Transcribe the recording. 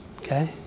okay